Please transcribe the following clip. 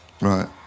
Right